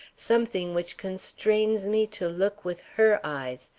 something which constrains me to look with her eyes,